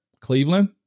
Cleveland